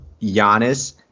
Giannis